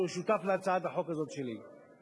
שהוא שותף להצעת החוק הזאת שלי.